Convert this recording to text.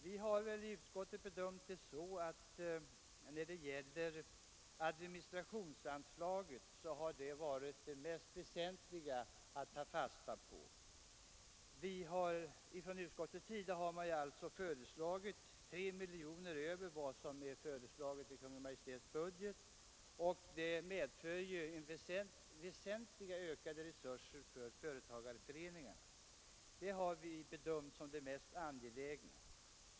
Vi har i utskottet bedömt frågan om administrationsanslaget som den mest väsentliga. Utskottet har alltså föreslagit ett anslag som är 3 miljoner kronor högre än vad som föreslås i propositionen, och detta medför väsentligt ökade resurser för företagareföreningarna. Det har vi bedömt som det mest angelägna.